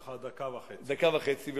דקה וחצי.